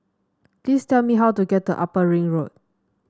please tell me how to get to Upper Ring Road